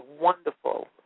wonderful